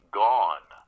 gone